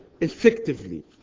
effectively